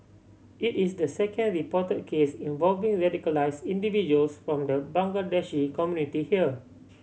it is the second reported case involving radicalised individuals from the Bangladeshi community here